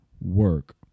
work